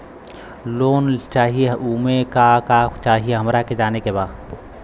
Loan चाही उमे का का चाही हमरा के जाने के बा?